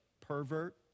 pervert